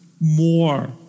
more